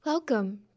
Welcome